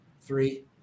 three